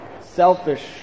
selfish